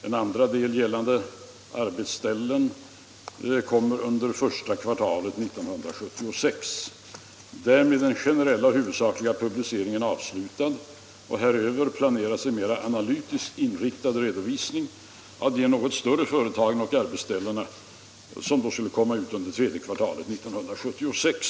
En andra del, där arbetsställen utgör redovisningsenheter, kommer under första kvartalet 1976. Därmed är den generella och huvudsakliga publiceringen avslutad. Härutöver planeras en mer analytiskt inriktad redovisning av de något större företagen och arbetsställena komma ut under tredje kvartalet 1976.